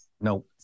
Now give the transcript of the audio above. Nope